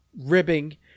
ribbing